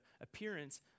appearance